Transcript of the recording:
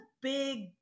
big